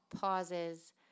pauses